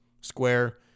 Square